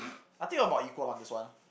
I think about equal one this one ah